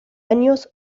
años